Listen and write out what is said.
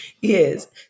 Yes